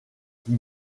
qui